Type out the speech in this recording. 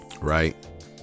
right